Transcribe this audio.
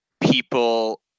people